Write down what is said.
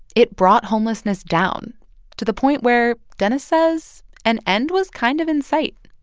it brought homelessness down to the point where dennis says an end was kind of in sight.